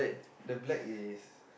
the black is